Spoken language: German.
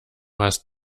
hast